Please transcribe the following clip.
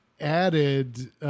Added